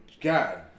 God